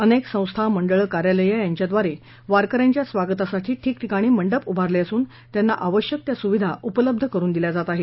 अनेक संस्था मंडळ कार्यालयं यांच्याद्वारे वारक यांच्या स्वागतासाठी ठिकठिकाणी मंडप उभारले असून त्यांना आवश्यक त्या सुविधा उपलब्ध करुन दिल्या जात आहेत